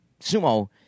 sumo